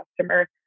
customer